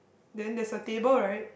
then there's a table right